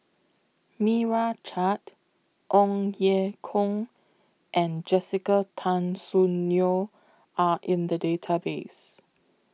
Meira Chand Ong Ye Kung and Jessica Tan Soon Neo Are in The Database